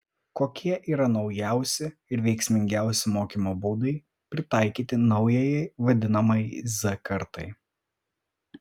kokie yra naujausi ir veiksmingiausi mokymo būdai pritaikyti naujajai vadinamajai z kartai